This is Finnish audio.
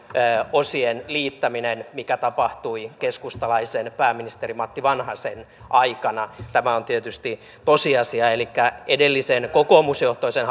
osien liittäminen mikä tapahtui keskustalaisen pääministeri matti vanhasen aikana tämä on tietysti tosiasia elikkä edellisen kokoomusjohtoisen